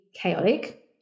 chaotic